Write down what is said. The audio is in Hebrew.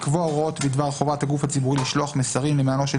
לקבוע הוראות בדבר חובת הגוף הציבורי לשלוח מסרים למענו של